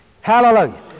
Hallelujah